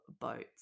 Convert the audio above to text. boats